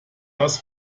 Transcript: das